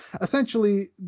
Essentially